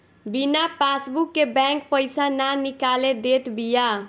बिना पासबुक के बैंक पईसा ना निकाले देत बिया